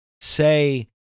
say